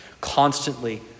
constantly